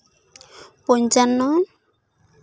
ᱯᱚᱧᱪᱟᱱᱱᱚ